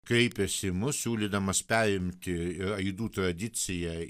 kreipėsi į mus siūlydamas perimti aidų tradiciją